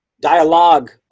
dialogue